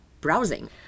browsing